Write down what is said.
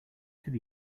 could